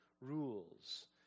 rules